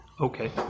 okay